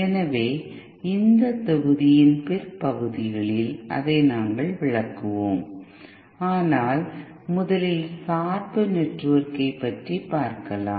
எனவே இந்த தொகுதியின் பிற்பகுதிகளில் அதை நாங்கள் விளக்குவோம் ஆனால் முதலில் சார்பு நெட்வொர்க்கை பற்றி பார்க்கலாம்